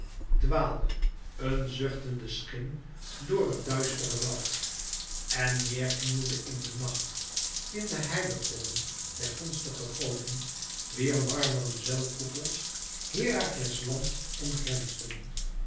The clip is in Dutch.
dwaalde een zuchtende schim door het duistere woud en neêr knielde in de nacht in de heiligdommen der gunstige goden wier marmeren zuilkoepels herakles land omgrensden